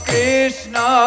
Krishna